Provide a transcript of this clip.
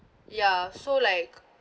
ya so like